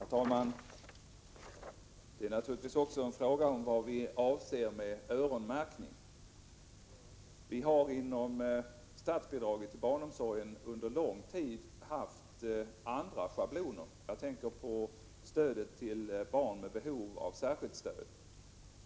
Herr talman! Detta är naturligtvis också en fråga om vad vi anser med ”öronmärkning”. Inom statsbidraget till barnomsorgen har vi under lång tid haft andra schabloner. Jag tänker på stödet till barn med behov av särskilt stöd.